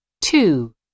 Two